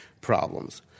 problems